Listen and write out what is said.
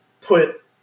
put